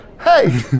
hey